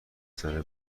زنه